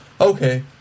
Okay